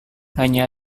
hanya